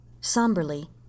Somberly